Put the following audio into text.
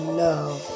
love